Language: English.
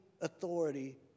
authority